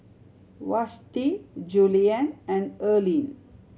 Vashti Juliann and Earlene